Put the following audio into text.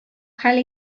хәл